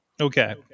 okay